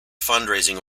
fundraising